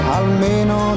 almeno